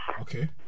Okay